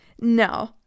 No